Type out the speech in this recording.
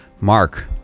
mark